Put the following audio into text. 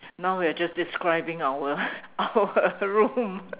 now we are just describing our our room